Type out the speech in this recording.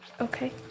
Okay